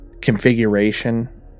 configuration